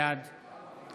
בעד